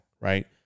right